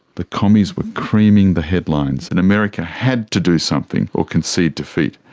the commies were creaming the headlines and america had to do something or concede defeat.